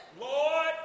Lord